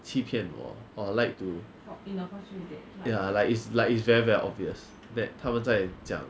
欺骗我 or like to ya like it's like it's very very obvious that 他们在讲